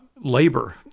labor